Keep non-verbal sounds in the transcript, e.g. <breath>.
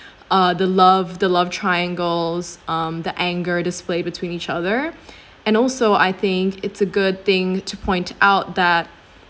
uh the love the love triangles um the anger displayed between each other <breath> and also I think it's a good thing to point out that